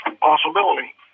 Possibility